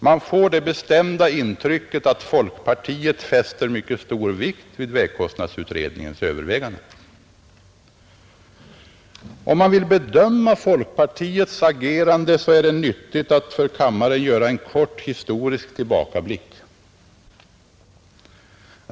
Man får det bestämda intrycket att folkpartiet lägger mycket stor vikt vid vägkostnadsutredningens överväganden, Om man vill bedöma folkpartiets agerande är det nyttigt att göra en kort historisk tillbakablick.